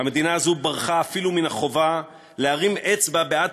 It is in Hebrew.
המדינה הזו ברחה אפילו מן החובה להרים אצבע בעד